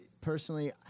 personally